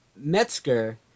Metzger